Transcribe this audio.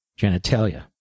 genitalia